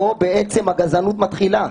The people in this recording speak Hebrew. פה בעצם הגזענות מתחילה,